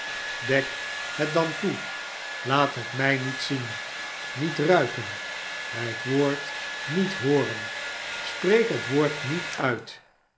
dek het dan toe laat het mij met zien met ruiken het woord niet hooren spreek het woord niet uit